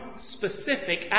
specific